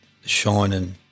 shining